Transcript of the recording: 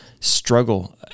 struggle